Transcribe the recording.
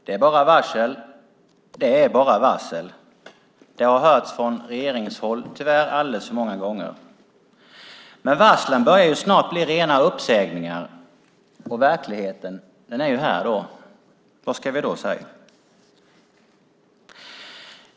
Det är bara varsel, varsel och varsel. Det har hörts från regeringshåll alldeles för många gånger, tyvärr. Varslen börjar snart bli rena uppsägningar, och då är verkligheten här. Vad ska vi då säga?